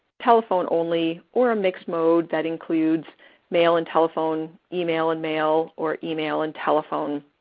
telephone only, or a mixed mode that includes mail and telephone, email and mail, or email and telephone.